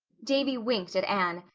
davy winked at anne,